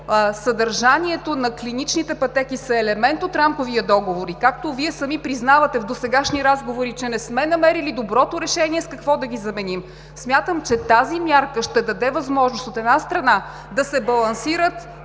съдържанието на клиничните пътеки е елемент от Рамковия договор и както Вие сами признавате в досегашни разговори, че не сме намерили доброто решение с какво да ги заменим, смятам, че тази мярка ще даде възможност, от една страна, да се балансират